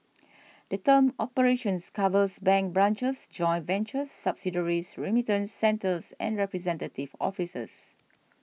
the term operations covers bank branches joint ventures subsidiaries remittance centres and representative offices